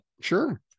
sure